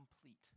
complete